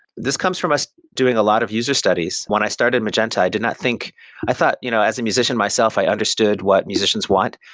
this comes from us doing a lot of user studies. when i started magenta, i did not think i thought you know as a musician myself, i understood what musicians want.